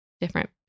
different